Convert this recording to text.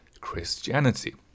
Christianity